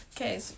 Okay